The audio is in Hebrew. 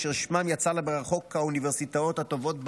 אשר שמם יצא למרחוק כאוניברסיטאות הטובות בעולם.